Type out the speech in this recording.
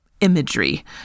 imagery